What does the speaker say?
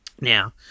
Now